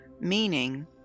meaning